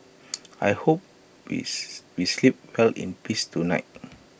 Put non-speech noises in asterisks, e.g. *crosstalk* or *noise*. I hope we *hesitation* we sleep well in peace tonight